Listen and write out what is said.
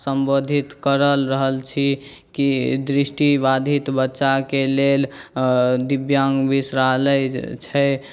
सम्बोधित करल रहल छी कि दृष्टिबाधित बच्चाके लेल दिव्याङ्ग विश्रालय छै